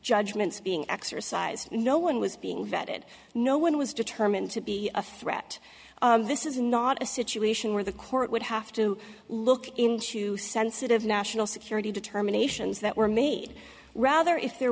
judgments being exercised and no one was being vetted no one was determined to be a threat this is not a situation where the court would have to look into sensitive national security determinations that were made rather if there